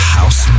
House